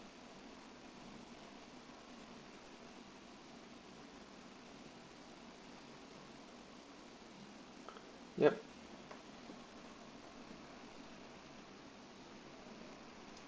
yup